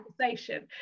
conversation